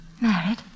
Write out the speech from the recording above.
Married